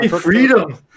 Freedom